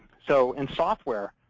so in software,